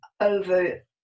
over